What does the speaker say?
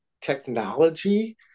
technology